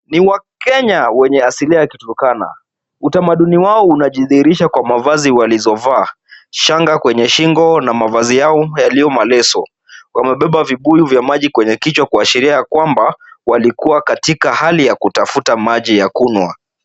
Ni wakenya wenye asilia ya kiturkana. Utamaduni wao unajidhirisha kwa mavazi walizovaa. Shanga kwenye shingo na mavazi yao yaliyo maleso. Wamebeba vibuyu vya maji kwenye kichwa, kuashiria ya kwamba, walikua katika hali ya kutafuta maji ya kunywa.